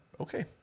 okay